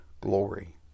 glory